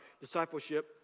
discipleship